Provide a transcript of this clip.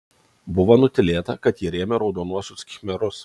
buvo nutylėta kad jie rėmė raudonuosius khmerus